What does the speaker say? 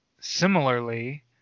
similarly